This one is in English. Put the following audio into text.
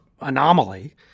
anomaly